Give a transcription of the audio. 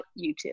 YouTube